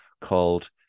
called